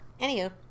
Anywho